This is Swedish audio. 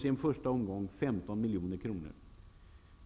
Fru talman!